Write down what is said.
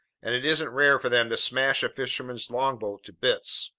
and it isn't rare for them to smash a fisherman's longboat to bits.